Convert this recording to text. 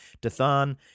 Dathan